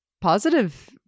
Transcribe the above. positive